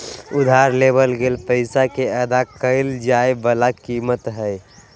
उधार लेवल गेल पैसा के अदा कइल जाय वला कीमत हइ